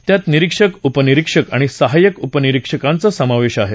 त्यात निरिक्षक उपनिरीक्षक आणि सहाय्यक उपनिरीक्षकांचा समावेश आहे